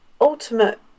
ultimate